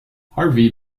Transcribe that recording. harvey